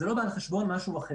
זה לא בא על חשבון משהו אחר,